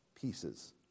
pieces